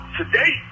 today